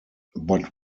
but